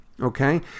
okay